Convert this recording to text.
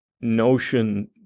notion